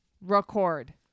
record